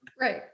Right